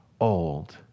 old